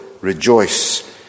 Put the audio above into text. rejoice